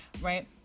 right